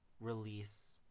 release